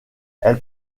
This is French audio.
elle